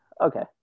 Okay